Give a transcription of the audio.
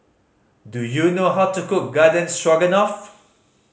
do you know how to cook Garden Stroganoff